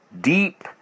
deep